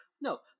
No